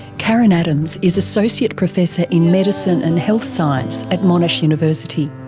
karen adams is associate professor in medicine and health science at monash university.